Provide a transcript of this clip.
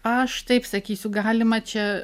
aš taip sakysiu galima čia